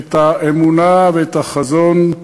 את האמונה ואת החזון,